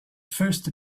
first